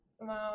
Wow